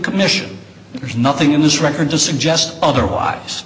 commission there's nothing in this record to suggest otherwise